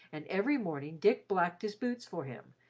and every morning dick blacked his boots for him,